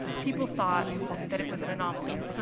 people thought that it was an anomaly.